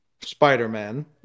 Spider-Man